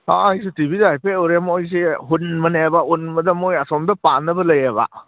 ꯑꯥ ꯑꯩꯁꯨ ꯇꯤ ꯚꯤꯗ ꯍꯥꯏꯐꯦꯠ ꯎꯔꯦ ꯃꯣꯏꯁꯤ ꯍꯨꯟꯕꯅꯦꯕ ꯍꯨꯟꯕꯗ ꯃꯣꯏ ꯑꯁꯣꯝꯗ ꯄꯥꯟꯅꯕ ꯂꯩꯌꯦꯕ